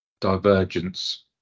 divergence